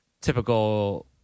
typical